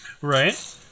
Right